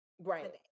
right